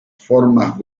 formas